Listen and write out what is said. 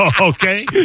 Okay